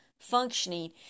functioning